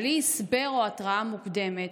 בלי הסבר או התראה מוקדמת,